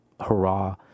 hurrah